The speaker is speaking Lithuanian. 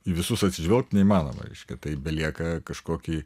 į visus atsižvelgt neįmanoma reiškia tai belieka kažkokį